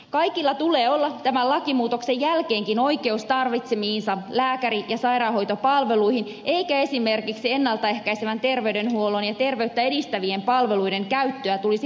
kaikilla tulee olla tämän lakimuutoksen jälkeenkin oikeus tarvitsemiinsa lääkäri ja sairaanhoitopalveluihin eikä esimerkiksi ennalta ehkäisevän terveydenhuollon ja terveyttä edistävien palveluiden käyttöä tulisi hankaloittaa maksuilla